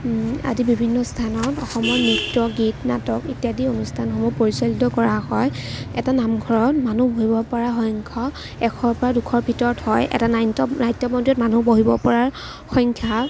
আদি বিভিন্ন স্থানত অসমৰ নৃত্য গীত নাটক ইত্যদি অনুষ্ঠানসমূহ পৰিচালিত কৰা হয় এটা নামঘৰত মানুহ বহিব পৰা সংখ্যা এশৰ পৰা দুশৰ ভিতৰত হয় এটা নাট্যমন্দিৰত মানুহ বহিব পৰা সংখ্যা